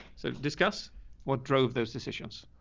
so discuss what drove those decisions.